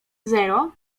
zero